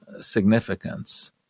significance